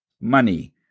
money